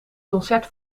concert